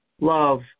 love